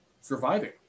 surviving